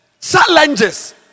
Challenges